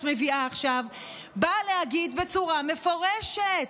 מביאה עכשיו באה להגיד בצורה מפורשת,